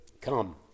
come